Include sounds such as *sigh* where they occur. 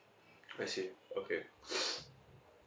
I see okay *noise*